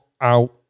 out